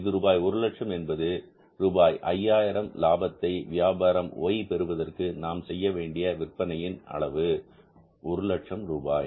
இது ரூபாய் 100000 என்பது ரூபாய் 5000 லாபத்தை வியாபாரம் Y பெறுவதற்கு நாம் செய்யவேண்டிய விற்பனையின் அளவு 100000 ரூபாய்